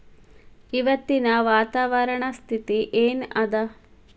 ಇವತ್ತಿನ ವಾತಾವರಣ ಸ್ಥಿತಿ ಏನ್ ಅದ?